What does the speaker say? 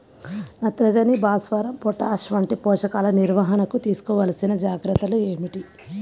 నత్రజని, భాస్వరం, పొటాష్ వంటి పోషకాల నిర్వహణకు తీసుకోవలసిన జాగ్రత్తలు ఏమిటీ?